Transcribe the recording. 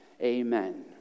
Amen